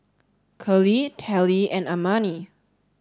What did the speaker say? Curley Tallie and Amani